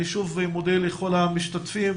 אני שוב מודה לכל המשתתפים.